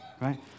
right